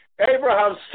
Abraham